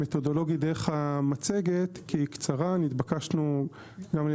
מתודולוגי דרך המצגת כי היא קצרה - נתבקשנו גם על